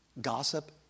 gossip